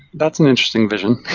that's an interesting vision